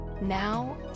now